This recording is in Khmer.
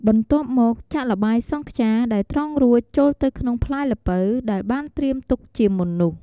បន្ទាប់់មកចាក់ល្បាយសង់ខ្យាដែលត្រងរួចចូលទៅក្នុងផ្លែល្ពៅដែលបានត្រៀមទុកជាមុននោះ។